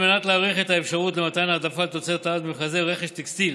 על מנת להאריך את האפשרות למתן העדפת תוצרת הארץ במכרזי רכש טקסטיל